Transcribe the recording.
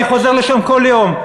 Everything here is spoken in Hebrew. אני חוזר לשם כל יום.